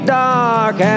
dark